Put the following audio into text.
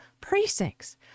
precincts